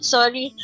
Sorry